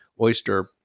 oyster